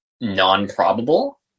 non-probable